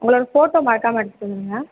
உங்களோட ஃபோட்டோ மறக்காமல் எடுத்துட்டு வந்துடுங்க